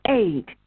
eight